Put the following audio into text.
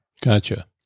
Gotcha